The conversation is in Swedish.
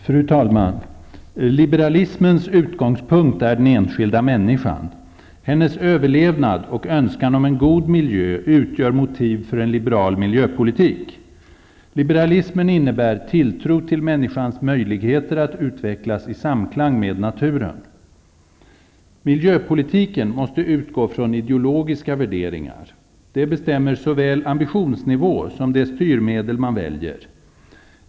Fru talman! Liberalismens utgångspunkt är den enskilda människan. Hennes överlevnad och önskan om en god miljö utgör motiv för en liberal miljöpolitik. Liberalismen innebär tilltro till människans möjligheter att utvecklas i samklang med naturen. Miljöpolitiken måste utgå från ideologiska värderingar. De bestämmer såväl ambitionsnivå som de styrmedel man väljer.